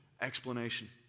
explanation